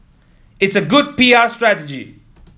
it's a good P R strategy